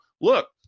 look